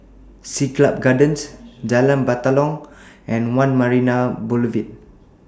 Siglap Gardens Jalan Batalong and one Marina Boulevard